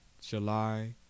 July